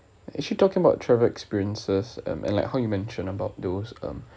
actually talking about travel experiences and like how you mention about those um